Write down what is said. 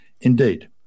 Indeed